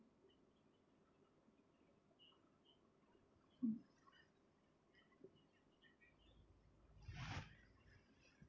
mm